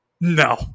No